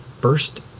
first